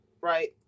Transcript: right